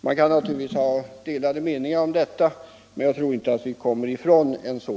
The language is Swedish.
Man kan naturligtvis ha delade meningar om en sådan lösning, men jag tror inte att vi kommer ifrån den.